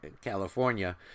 California